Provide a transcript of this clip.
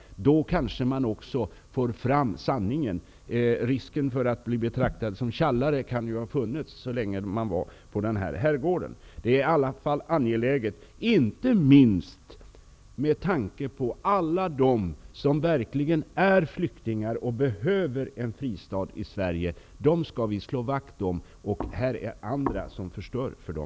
Då kanske man också får fram sanningen. Risken för att bli betraktad som tjallare kan ju ha funnits så länge personerna i fråga var på denna herrgård. Detta är angeläget, inte minst med tanke på alla dem som verkligen är flyktingar och behöver en fristad i Sverige. Dem skall vi slå vakt om. Det är andra som förstör för dem.